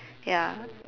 ya